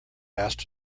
asked